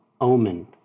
Omen